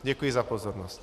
Děkuji za pozornost.